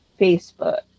Facebook